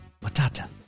Matata